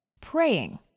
Praying